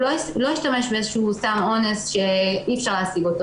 הוא לא השתמש בסם אונס שאי אפשר להשיג אותו.